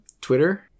Twitter